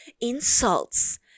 insults